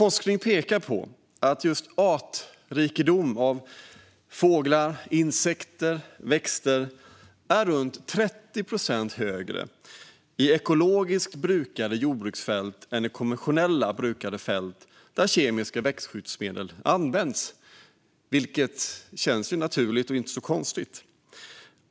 Forskning pekar på att just artrikedomen av fåglar, insekter och växter är runt 30 procent högre i ekologiskt brukade jordbruksfält än i konventionellt brukade fält där kemiska växtskyddsmedel används. Det känns naturligt och inte så konstigt.